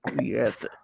Yes